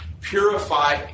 purify